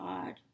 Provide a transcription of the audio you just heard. God